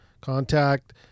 contact